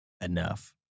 enough